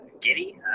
giddy